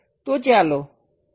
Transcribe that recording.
તો ચાલો આ ભાગને દૂર કરીએ